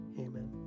Amen